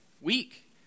week